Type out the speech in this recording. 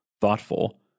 thoughtful